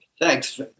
Thanks